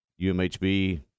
UMHB